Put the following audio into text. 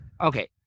Okay